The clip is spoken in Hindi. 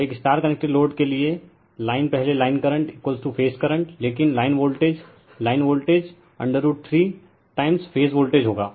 तो एक स्टार कनेक्टेड लोड के लिए लाइन पहले लाइन करंट फेज करंट लेकिन line voltage line voltage √ 3 times phase voltage होगा